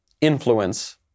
influence